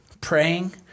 praying